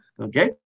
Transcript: okay